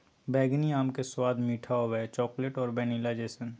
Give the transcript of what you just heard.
बैंगनी आम के स्वाद मीठा होबो हइ, चॉकलेट और वैनिला जइसन